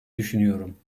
düşünüyorum